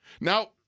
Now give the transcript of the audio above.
Now –